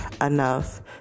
enough